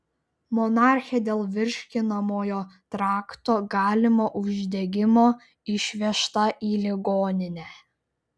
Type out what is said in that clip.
monarchė dėl virškinamojo trakto galimo uždegimo išvežta į ligoninę